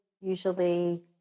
usually